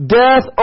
death